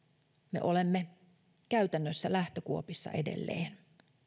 me olemme käytännössä lähtökuopissa edelleen